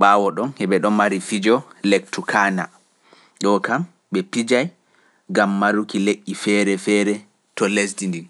ɓaawo ɗon he ɓe ɗoon mari fijo lek tukaana, ɗoo kam ɓe pijay ngam maruki lekji feere feere to lesdi ndi.